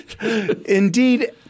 Indeed